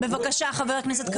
בבקשה, חבר הכנסת קריב.